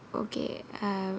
okay err